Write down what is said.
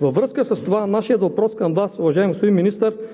Във връзка с това нашият въпрос към Вас, уважаеми господин Министър,